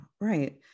right